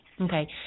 Okay